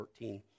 14